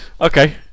okay